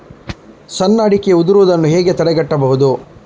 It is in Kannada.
ಸಣ್ಣ ಅಡಿಕೆ ಉದುರುದನ್ನು ಹೇಗೆ ತಡೆಗಟ್ಟಬಹುದು?